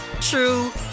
true